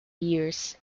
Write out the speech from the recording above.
years